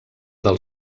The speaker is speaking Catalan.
del